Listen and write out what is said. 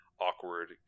Awkward